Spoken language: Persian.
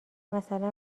مثلا